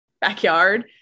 backyard